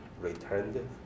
returned